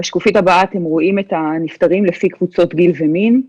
אתם רואים את הנפטרים לפי קבוצות גיל ומין.